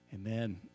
Amen